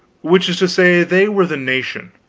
which is to say, they were the nation,